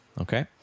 Okay